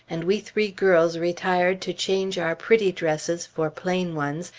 and we three girls retired to change our pretty dresses for plain ones,